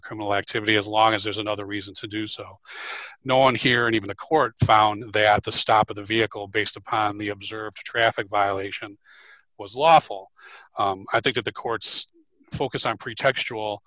criminal activity as long as there's another reason to do so no one here and even the court found that the stop of the vehicle based upon the observed traffic violation was lawful i think that the court's focus on pretextual